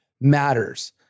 matters